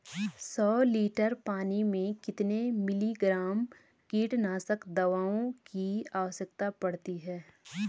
सौ लीटर पानी में कितने मिलीग्राम कीटनाशक दवाओं की आवश्यकता पड़ती है?